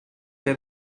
che